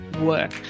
work